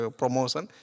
promotion